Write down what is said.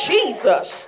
Jesus